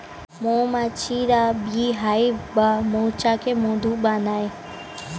মৌমাছিরা beehive বা মৌচাকে মধু বানায়